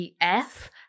EF